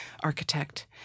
architect